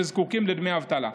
שזקוקים לדמי אבטלה.